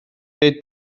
dweud